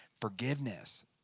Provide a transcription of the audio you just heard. forgiveness